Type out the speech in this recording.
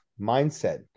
mindset